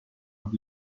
und